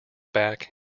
back